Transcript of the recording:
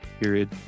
period